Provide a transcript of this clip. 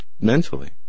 mentally